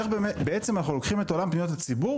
אנחנו לוקחים את עולם פניות הציבור